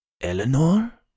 Eleanor